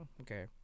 Okay